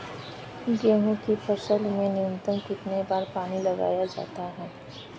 गेहूँ की फसल में न्यूनतम कितने बार पानी लगाया जाता है?